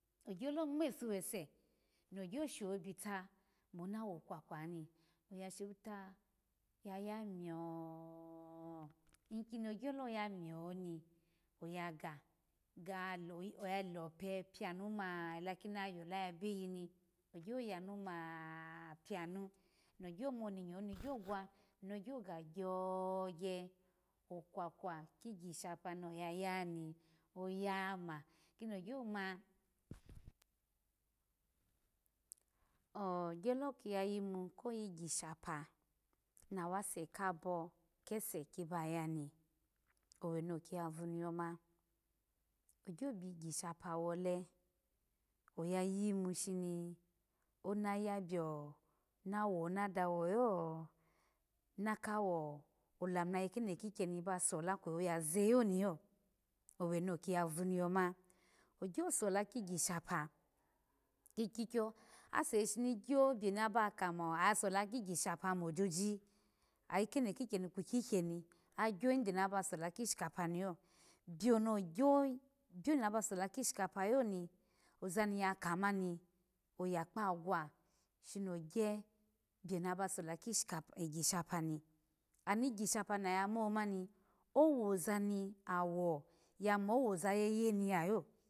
Ogyolo ngmefo wese nogyo shobita mo na wokwakwa ni oya shobita ya ya miyo ikini ogyo ya miyo oni oya ga ya oya lope piyanu ma da ki ni aya yola yabeyi ni ogyo yanu ma a piyanu ogyo mani nyawo ni gyogwa nogyo ga gyogye kwakwa kigishapa noya yani oya maikini ogyoma ooh gyolo ki ya yimu koyigishapa na wase kabo kese kibaya ni owe noki ya voniyo ma ogyo bigshape wole oya yimu shini ona yu biyo na woma dawo ya na ka wolamu ni ayi keno kikyeni ba sola kweyi oya zeyo oniyo owe ni oki ya voni yoma ogyo sola kigishapa kikyikyo ase shishi ajoyede naba sola kigishapa yoni oza ni yakama oya kpa gwa shi niogye biyo naba sola koyishapa mi ano gishapa noya momani owoza ni awo ya mowoza yeye miyayo